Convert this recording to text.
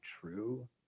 true